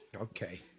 Okay